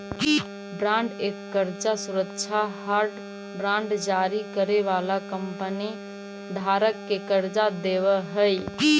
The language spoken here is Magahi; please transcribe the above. बॉन्ड एक कर्जा सुरक्षा हई बांड जारी करे वाला कंपनी धारक के कर्जा देवऽ हई